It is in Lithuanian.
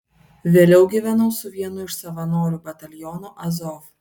vėliau gyvenau su vienu iš savanorių batalionų azov